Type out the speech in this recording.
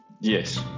Yes